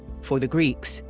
for the greeks,